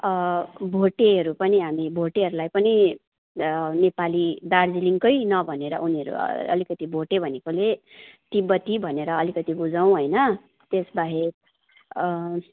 भोटेहरू पनि हामी भोटेहरूलाई पनि नेपाली दार्जिलिङकै नभनेर उनीहरू अलिकति भोटे भनेकोले तिब्बती भनेर अलिकति बुझौँ होइन त्यसबाहेक